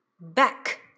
Back